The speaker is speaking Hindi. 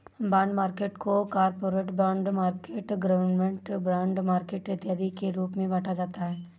बॉन्ड मार्केट को corporate bond market government bond market इत्यादि के रूप में बांटा जाता है